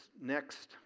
next